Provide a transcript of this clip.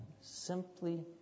simply